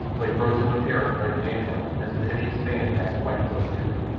lay frozen with terror behind an ant-hill as the hideous band passed quite close to him.